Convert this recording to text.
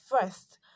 first